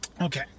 Okay